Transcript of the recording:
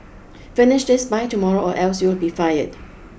finish this by tomorrow or else you'll be fired